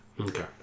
Okay